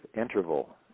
interval